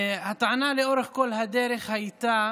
הטענה לאורך כל הדרך הייתה